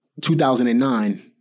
2009